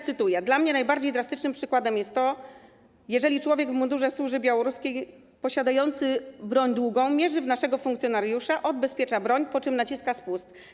Cytuję: Dla mnie najbardziej drastycznym przykładem jest to, że człowiek w mundurze służby białoruskiej posiadający broń długą mierzy w naszego funkcjonariusza, odbezpiecza broń, po czym naciska spust.